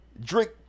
drink